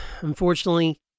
unfortunately